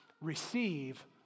Receive